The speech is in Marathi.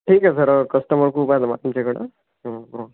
ठीक आहे सर कस्टमर खूप आहेत आमच्याकडं